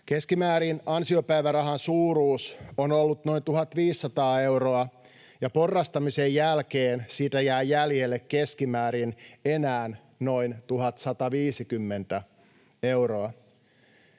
Keskimäärin ansiopäivärahan suuruus on ollut noin 1 500 euroa, ja porrastamisen jälkeen siitä jää jäljelle keskimäärin enää noin 1 150 euroa.